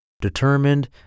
determined